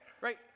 right